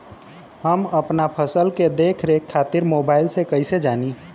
हम अपना फसल के देख रेख खातिर मोबाइल से कइसे जानी?